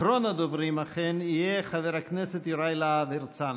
אחרון הדוברים אכן יהיה חבר הכנסת יוראי להב הרצנו.